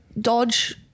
dodge